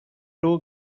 two